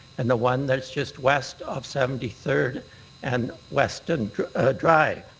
and the one that's just west of seventy third and weston drive.